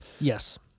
yes